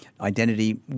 identity